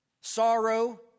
sorrow